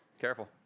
Careful